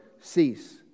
cease